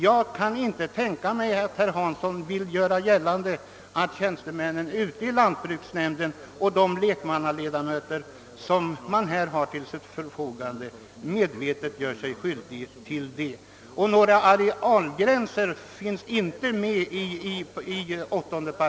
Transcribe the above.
Jag kan inte tänka mig att herr Hansson vill påstå att tjänstemännen i lantbruksnämnderna och de lekmannaledamöter som nämnderna har till sitt förfogande medvetet gör sig skyldiga till något sådant. Några arealgränser finns inte heller med i 8 8.